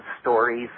stories